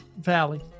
Valley